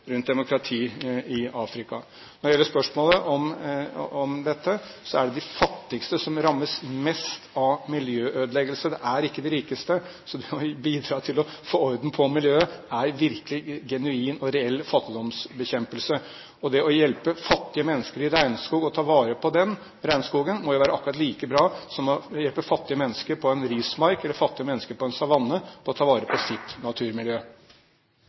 rundt demokrati i Afrika. Når det gjelder spørsmålet om dette, er det de fattigste som rammes mest av miljøødeleggelser, det er ikke de rikeste. Så det å bidra til å få orden på miljøet er virkelig genuin og reell fattigdomsbekjempelse. Det å hjelpe fattige mennesker i regnskogen til å ta vare på regnskogen må jo være akkurat like bra som å hjelpe fattige mennesker på en rismark eller fattige mennesker på en savanne til å ta vare på sitt naturmiljø.